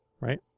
right